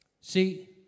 See